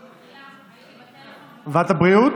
ועדת הבריאות?